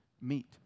meet